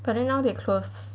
but then now they close